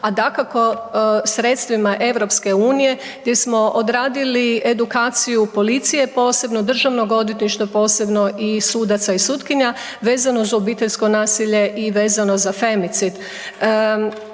a dakako sredstvima EU-a gdje smo odradili edukacije policije posebno, Državnog odvjetništva posebno i sudaca i sutkinja vezano uz obiteljsko nasilje i vezano za femicid.